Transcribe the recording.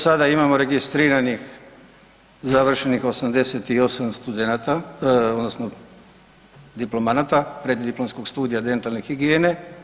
Mi do sada imamo registriranih završenih 88 studenata odnosno diplomanata preddiplomskog studija dentalne higijene.